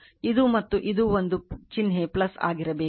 ಇದು ಮತ್ತು ಇದು ಒಂದು ಚಿಹ್ನೆ ಆಗಿರಬೇಕು